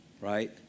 right